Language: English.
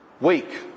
Weak